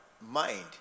mind